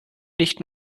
nicht